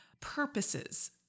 purposes